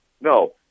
no